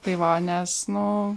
tai va nes nu